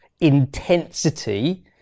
intensity